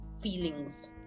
feelings